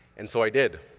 and so i did.